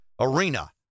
Arena